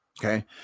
okay